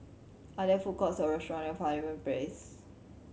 are there food courts or restaurant near Pavilion Place